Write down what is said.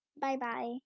bye-bye